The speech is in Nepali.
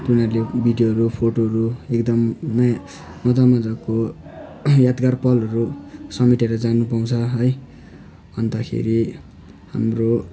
तिनाहरूले भिडियोहरू फोटोहरू एकदमै मजा मजाको यादगार पलहरू समेटेर जानुपाउँछ है अन्तखेरि हाम्रो